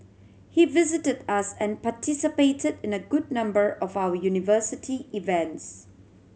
he visited us and participated in a good number of our university events